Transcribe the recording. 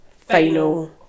final